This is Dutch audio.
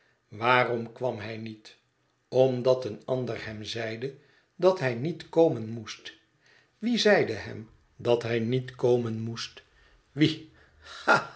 waarom kwam hij niet omdat een ander hem zeide dat hij niet komen moest wie zeide hem dat hij niet komen moest